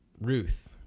Ruth